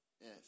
yes